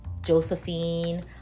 Josephine